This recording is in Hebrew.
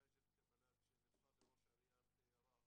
ארבע